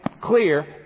clear